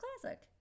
classic